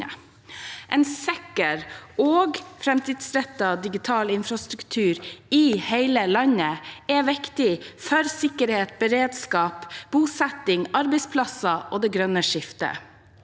En sikker og framtidsrettet digital infrastruktur i hele landet er viktig for sikkerhet, beredskap, bosetting, arbeidsplasser og det grønne skiftet.